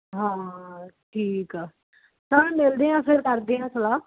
ਹਾਂ ਠੀਕ ਆ ਹਾਂ ਮਿਲਦੇ ਆ ਫਿਰ ਕਰਦੇ ਹਾਂ ਸਲਾਹ